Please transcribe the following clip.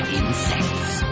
insects